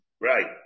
Right